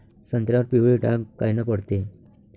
संत्र्यावर पिवळे डाग कायनं पडते?